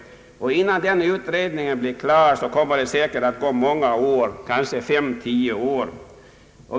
Innan den utredningen blir klar kommer det säkert att gå kanske fem, tio år.